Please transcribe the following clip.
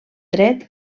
dret